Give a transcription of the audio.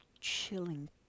chilling